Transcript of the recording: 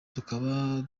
tukaba